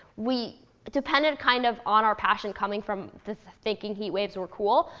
we depended kind of on our passion coming from the thinking heat waves were cool.